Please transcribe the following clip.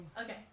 Okay